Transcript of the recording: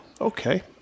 okay